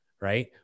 Right